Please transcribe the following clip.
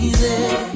easy